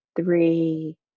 three